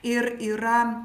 ir yra